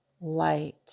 light